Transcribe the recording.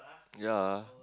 ya